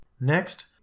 Next